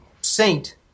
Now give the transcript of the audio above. saint